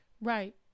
Right